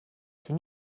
can